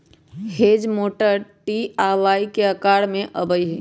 hedge mower T आ Y के अकार में अबई छई